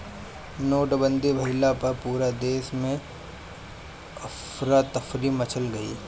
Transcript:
नोटबंदी भइला पअ पूरा देस में अफरा तफरी मच गईल